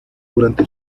durante